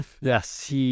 yes